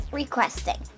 requesting